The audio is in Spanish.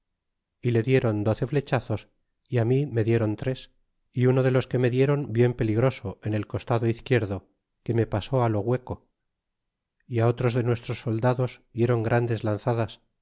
y le dieron doce flechazos y mi me dieron tres y uno de los que me die ron bien peligroso en el costado izquierdo que me pasó lo hueco y otros de nuestros soldados dieron grandes lanzadas